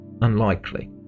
Unlikely